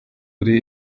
uri